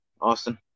Austin